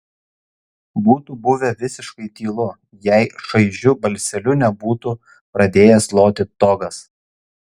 būtų buvę visiškai tylu jei šaižiu balseliu nebūtų pradėjęs loti togas